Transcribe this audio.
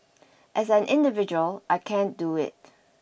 as an individual I can't do it